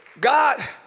God